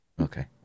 Okay